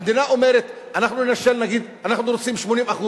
המדינה אומרת: אנחנו רוצים 80%